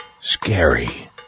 scary